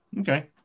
Okay